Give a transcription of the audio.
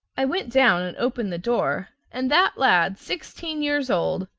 i went down and opened the door, and that lad, sixteen years old,